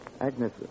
Agnes